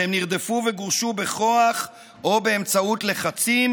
והם נרדפו וגורשו בכוח או באמצעות לחצים,